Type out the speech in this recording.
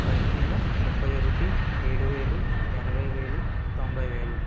పదిహేను ముప్పై ఒకటి ఏడు వేలు ఎనభై వేలు తొంభై వేలు